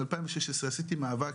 מ-2016, עשיתי מאבק.